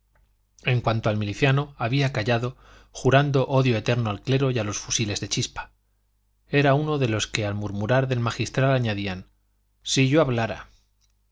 en cuanto al miliciano había callado jurando odio eterno al clero y a los fusiles de chispa era uno de los que al murmurar del magistral añadían si yo hablara